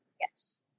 Yes